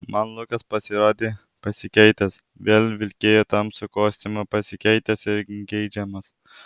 man lukas pasirodė pasikeitęs vėl vilkėjo tamsų kostiumą pasikeitęs ir geidžiamas